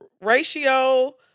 Ratio